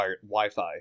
Wi-Fi